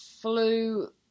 flew